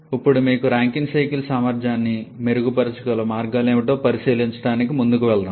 ఇప్పుడు మీకు Rankine cycle సామర్థ్యాన్ని మెరుగుపరచగల మార్గాలేమిటో పరిశీలించడానికి ముందుకు వెళ్దాం